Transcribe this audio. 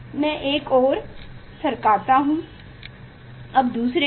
मैं एक को सरकाता हूँ अब दूसरे को